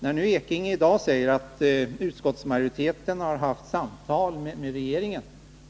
Bernt Ekinge säger i dag att utskottsmajoriteten haft samtal med regeringen.